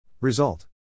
Result